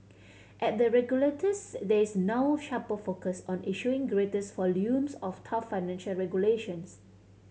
at the regulators there is now sharper focus on issuing greater volumes of tough financial regulations